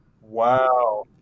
Wow